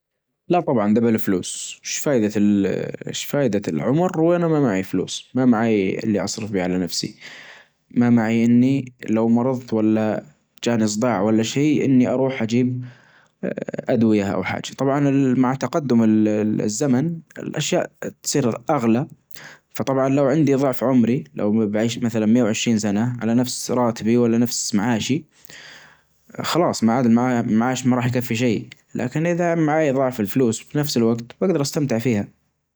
لا طبعا دا بالفلوس شفايدة ايش فايدة العمر? وانا ما معي فلوس ما معي اللي اصرف به على نفسي ما معي اني لو مرظت ولا جاني صداع ولا شي اني اروح اجيب ادوية او حاجة طبعا مع تقدم الزمن الاشياء تصير اغلى فطبعا لو عندي ظعف عمري لو بعيش مثلا مئة وعشرين سنة على نفس راتبي ولا نفس معاشي خلاص معاد معاش ما راح يكفي شي لكن اذا معاي ظعف الفلوس بنفس الوجت بجدر استمتع فيها.